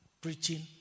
preaching